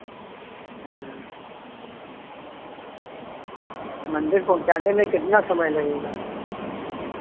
हाँ मंदिर पहुँचाने में कितना समय लगेगा